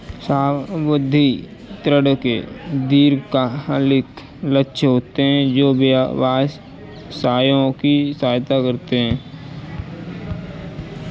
सावधि ऋण के दीर्घकालिक लक्ष्य होते हैं जो व्यवसायों की सहायता करते हैं